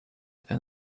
and